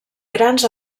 grans